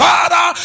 Father